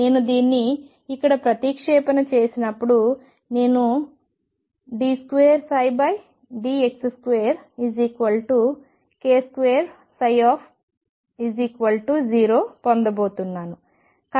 నేను దీన్ని ఇక్కడ ప్రతిక్షేపణ చేసినప్పుడు నేను d2dx2k2ψ0 పొందబోతున్నాను